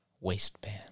waistband